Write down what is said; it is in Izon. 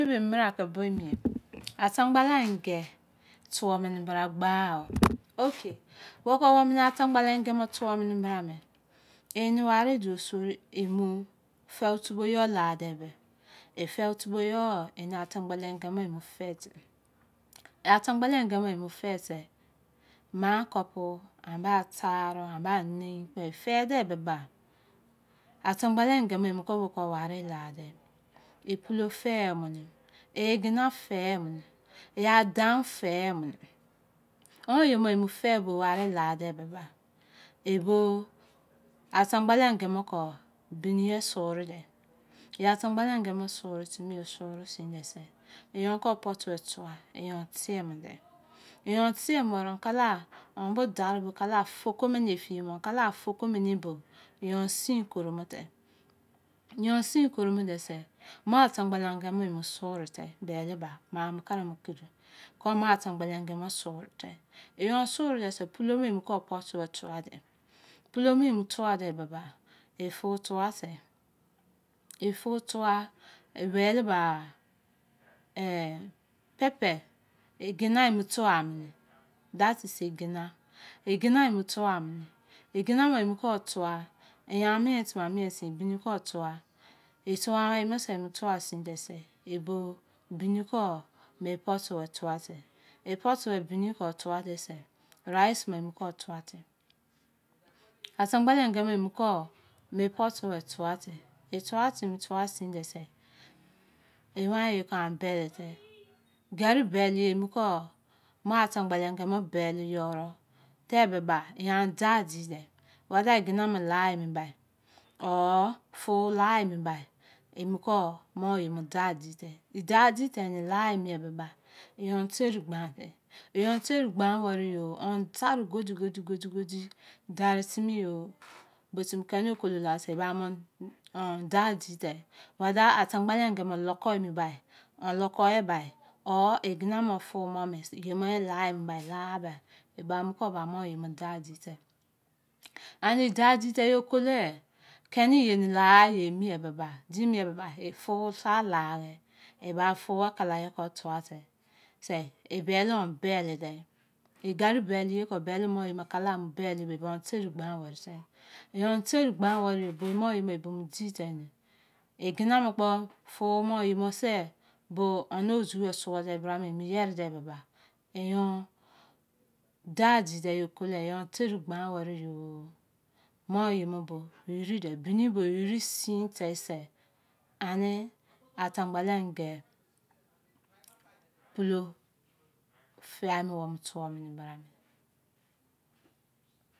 Atangbala enken tuo mene bra gba umu ini ware do seri mu foul tubou yor la foul tubo yor amu anta gbala enke imufe sin ma cupu, apa tare, nei kpou ifede ebe atangbala euke men imu koboke ware ladebe iplo femene igua fee mene adamou femene mon iyeman imu febo ware lade yegba atangbala enthe bo ke beni asurude yor surusui bo yor othe notu atuade tyumone onen dare thala offotho timibo yoramee koro munde wai osurude sin pulo the potu ma the tuade fuu tuade ubehe igua tuamene beni the otua rice oyem mu oke otuade igeri gbolo wai ye mu the owai de oyor bele yoro yor dady igua iye bose laimegba yor terigbane one dare godigodi timi darutiniwoo kene ifiela iba odadide wethor ane lokude bai ar sunloko abai ighamu puu imcon lainue bradide oyor dadine laaye emi gba iba wai zuake tuade tuas inbo wai obelle de abelle sinbo wai teri gbanne wai ose dadi wethor ladebra dadi bene beni bo wri de ba cenue lokurdie sin koro won atangba enthe tuo koromonde.